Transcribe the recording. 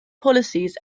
policies